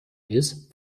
ist